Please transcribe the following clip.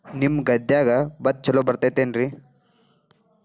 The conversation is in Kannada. ನಿಮ್ಮ ಗದ್ಯಾಗ ಭತ್ತ ಛಲೋ ಬರ್ತೇತೇನ್ರಿ?